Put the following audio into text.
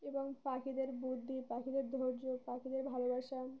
এবং পাখিদের বুদ্ধি পাখিদের ধৈর্য পাখিদের ভালোবাসা